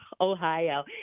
Ohio